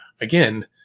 again